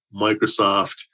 Microsoft